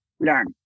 learn